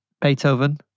Beethoven